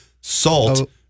salt